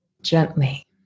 gently